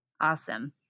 Awesome